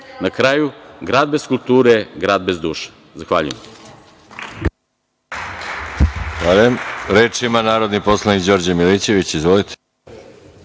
Na kraju, grad bez kulture je grad bez duše. Zahvaljujem.